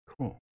Cool